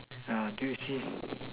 do it